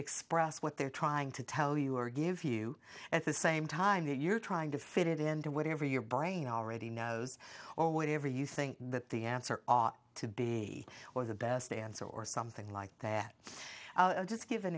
express what they're trying to tell you or give you at the same time that you're trying to fit it into whatever your brain already knows or whatever you think that the answer ought to be or the best answer or something like that just give an